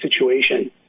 situation